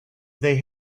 they